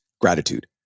gratitude